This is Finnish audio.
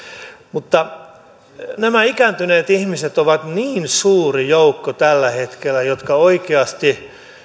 mutta nämä ikääntyneet ihmiset ovat tällä hetkellä niin suuri joukko joka oikeasti